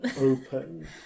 open